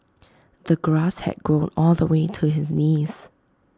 the grass had grown all the way to his knees